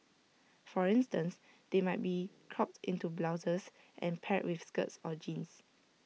for instance they might be cropped into blouses and paired with skirts or jeans